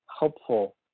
helpful